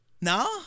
no